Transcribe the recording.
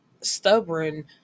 stubborn